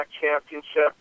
championship